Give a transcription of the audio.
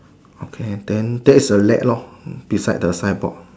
okay then that's a red lor beside the signboard